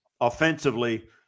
offensively